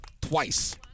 twice